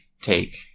take